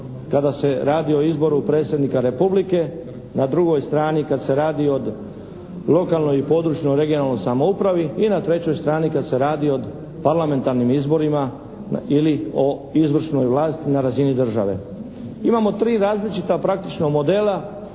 kada se radi o izboru Predsjednika Republike, na drugoj strani kad se radi o lokalnoj i područnoj (regionalnoj) samoupravi i na trećoj strani kad se radi o parlamentarnim izborima ili o izvršnoj vlasti na razini države. Imamo 3 različita praktično modela